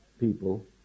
people